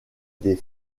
des